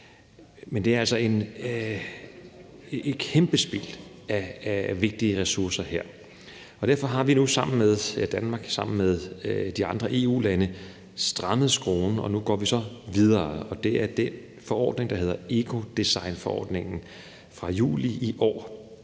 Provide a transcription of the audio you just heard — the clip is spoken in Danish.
Men det er altså et kæmpe spild af vigtige ressourcer. Derfor har Danmark nu sammen med de andre EU-lande strammet skruen, og nu går vi så videre med den forordning, der hedder ecodesignforordningen fra juli i år.